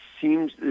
seems